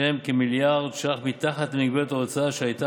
שהם כמיליארד שקלים מתחת למגבלת ההוצאה שהייתה